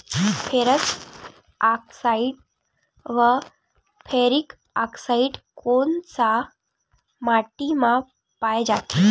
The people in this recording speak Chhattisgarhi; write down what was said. फेरस आकसाईड व फेरिक आकसाईड कोन सा माटी म पाय जाथे?